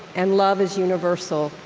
and love is universal.